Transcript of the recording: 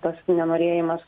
tas nenorėjimas